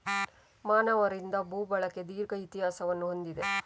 ಮಾನವರಿಂದ ಭೂ ಬಳಕೆ ದೀರ್ಘ ಇತಿಹಾಸವನ್ನು ಹೊಂದಿದೆ